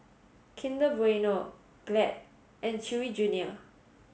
Kinder Bueno Glad and Chewy Junior